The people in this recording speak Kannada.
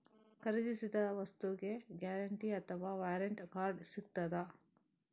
ಖರೀದಿಸಿದ ವಸ್ತುಗೆ ಗ್ಯಾರಂಟಿ ಅಥವಾ ವ್ಯಾರಂಟಿ ಕಾರ್ಡ್ ಸಿಕ್ತಾದ?